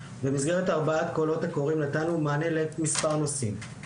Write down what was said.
במסגרת ארבעת הקולות הקוראים נתנו מענה למספר נושאים.